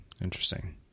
Interesting